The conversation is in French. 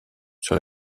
sur